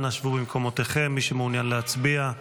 אנא שבו במקומותיכם, מי שמעוניין להצביע.